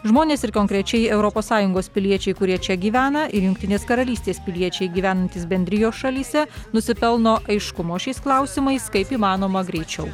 žmonės ir konkrečiai europos sąjungos piliečiai kurie čia gyvena ir jungtinės karalystės piliečiai gyvenantys bendrijos šalyse nusipelno aiškumo šiais klausimais kaip įmanoma greičiau